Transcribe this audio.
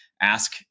ask